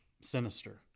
Sinister